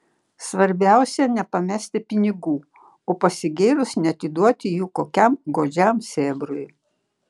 svarbiausia nepamesti pinigų o pasigėrus neatiduoti jų kokiam godžiam sėbrui